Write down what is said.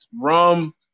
rum